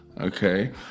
Okay